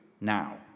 now